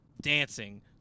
Dancing